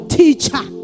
teacher